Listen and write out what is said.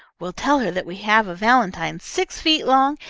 we'll tell her that we have a valentine six feet long,